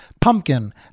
Pumpkin